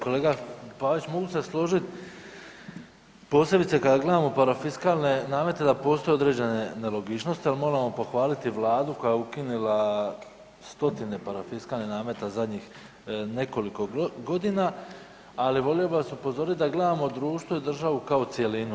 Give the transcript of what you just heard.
Kolega Pavić, mogu se složit, posebice kada gledamo parafiskalne namete da postoje određene nelogičnosti, ali moramo pohvaliti vladu koja je ukinila stotine parafiskalnih nameta zadnjih nekoliko godina, ali volio bi vas upozorit da gledamo društvo i državu kao cjelinu.